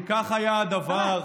אם כך היה הדבר,